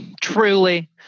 truly